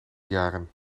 jaren